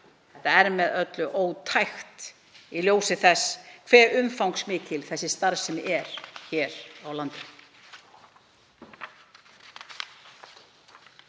Það er með öllu ótækt í ljósi þess hve umfangsmikil þessi starfsemi er hér á landi.